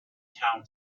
town